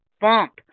bump